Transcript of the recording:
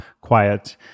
quiet